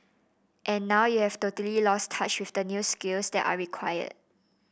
and now you've totally lost touch with the new skills that are required